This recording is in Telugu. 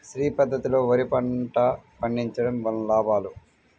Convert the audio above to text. శ్రీ పద్ధతిలో వరి పంట పండించడం వలన లాభాలు?